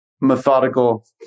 methodical